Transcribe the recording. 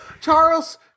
Charles